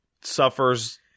suffers